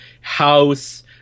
House